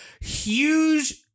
huge